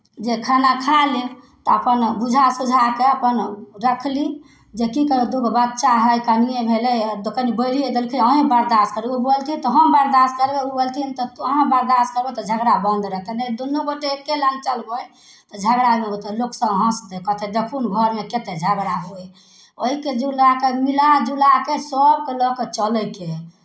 जे खाना खा लेब तऽ अपन बुझा सुझा कऽ अपन रखली जे की करब दू गो बच्चा हइ कनिए भेलै कनि बोलिए देलकै अहूँ बर्दाश्त करू ओ बोलतै तऽ हम बर्दाश्त करबै ओ बोलथिन तऽ अहाँ बर्दाश्त करबै तऽ झगड़ा बन्द रहतै नहि तऽ दुनू गोटे एके लाइन चलबै तऽ झगड़ा होतै लोक सभ हँसतै कहतै देखू ने घरमे कतेक झगड़ा होइ ओहिके जुला कऽ मिल जुला कऽ सभकेँ लऽ कऽ चलयके हइ